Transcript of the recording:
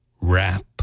Wrap